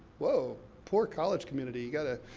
woah, poor college community, you gotta.